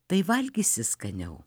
tai valgysi skaniau